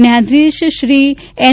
ન્યાયાધીશશ્રી N